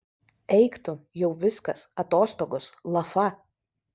eik tu jau viskas atostogos lafa